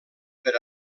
per